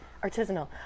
artisanal